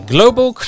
Global